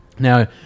Now